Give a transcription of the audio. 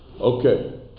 okay